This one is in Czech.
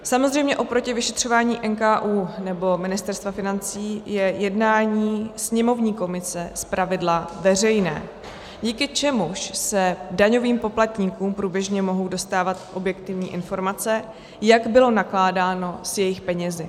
Samozřejmě oproti vyšetřování NKÚ nebo Ministerstva financí je jednání sněmovní komise zpravidla veřejné, díky čemuž se daňovým poplatníkům průběžně mohou dostávat objektivní informace, jak bylo nakládáno s jejich penězi.